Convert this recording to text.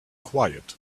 quiet